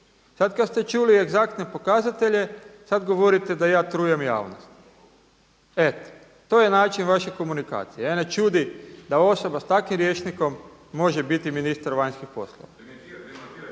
Sad kad ste čuli egzaktne pokazatelje sad govorite da ja trujem javnost. Eto to je način vaše komunikacije. Mene čudi da osoba sa takvim rječnikom može biti ministar vanjskih poslova.